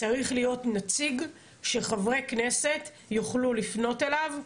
צריך להיות נציג שחברי כנסת יוכלו לפנות אליו.